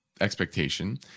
expectation